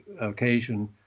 occasion